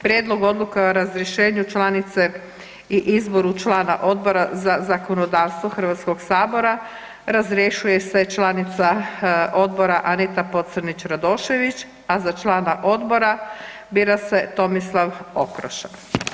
Prijedlog odluke o razrješenju članice i izboru člana Odbora za zakonodavstvo HS-a, razrješuje se članica odbora Anita Pocrnić Radošević, a za člana odbora bira se Tomislav Okroša.